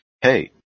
hey